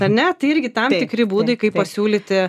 ane tai irgi tam tikri būdai kaip pasiūlyti